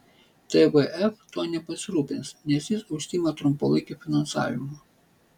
tvf tuo nepasirūpins nes jis užsiima trumpalaikiu finansavimu